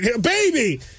Baby